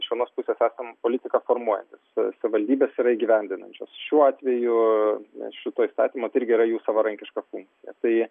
iš vienos pusės esam politiką formuojantys savivaldybės yra įgyvendinančios šiuo atveju mes šituo įstatymu tai irgi yra jų savarankiška funkcija tai